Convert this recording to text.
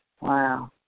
Wow